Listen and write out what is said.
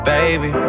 Baby